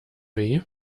weh